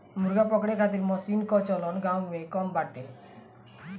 मुर्गा पकड़े खातिर मशीन कअ चलन गांव में कम बाटे